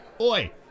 Oi